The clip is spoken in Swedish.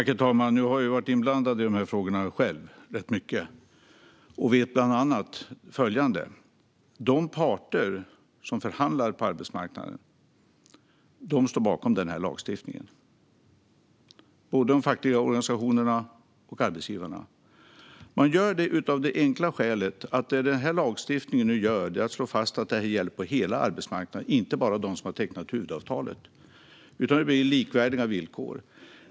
Herr talman! Nu har jag själv ju rätt mycket varit inblandad i dessa frågor. Jag vet bland annat följande: De parter som förhandlar på arbetsmarknaden står bakom denna lagstiftning. Det gäller både de fackliga organisationerna och arbetsgivarna. De gör det av det enkla skälet att lagstiftningen slår fast att det här gäller på hela arbetsmarknaden, inte bara de som har tecknat huvudavtalet. Nu blir det i stället likvärdiga villkor.